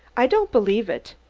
i don't believe it,